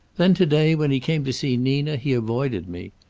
then to-day, when he came to see nina, he avoided me.